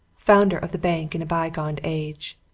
founder of the bank in a bygone age.